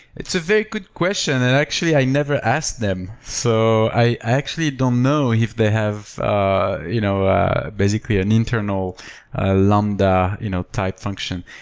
it's a very question, and actually i never ask them. so i actually don't know if they have ah you know ah basically an internal lambda you know type function.